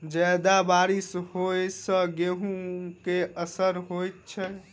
जियादा बारिश होइ सऽ गेंहूँ केँ असर होइ छै?